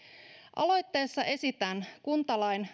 aloitteessa esitän kuntalain